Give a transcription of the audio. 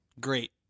Great